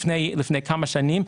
לפני כמה שנים,